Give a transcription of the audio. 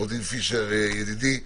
עו"ד פישר ידידי,